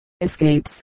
escapes